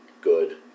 good